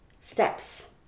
steps